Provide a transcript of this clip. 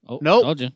Nope